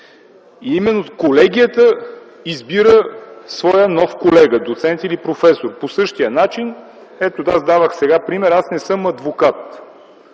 Именно колегията избира своя нов колега – доцент или професор. По същия начин сега давах пример – аз не съм адвокат.